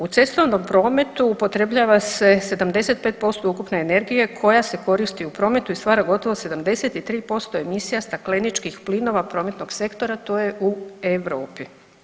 U cestovnom prometu upotrebljava se 75% ukupne energije koja se koristi u prometu i stvara gotovo 73% emisija stakleničkih plinova prometnog sektora, to je u Europi.